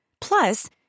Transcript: Plus